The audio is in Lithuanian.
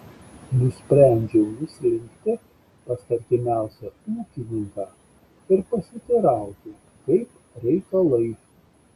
nusprendžiau nuslinkti pas artimiausią ūkininką ir pasiteirauti kaip reikalai